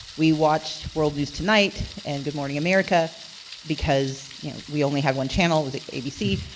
we watched world news tonight, and good morning america because you know we only had one channel, it was abc.